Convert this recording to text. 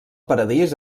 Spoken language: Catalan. paradís